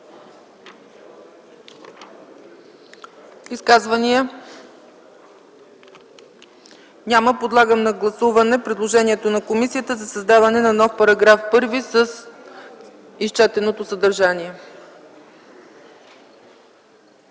Изказвания? Няма. Моля, гласувайте предложението на комисията за създаване на нов § 1 с изчетеното съдържание.